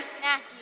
Matthew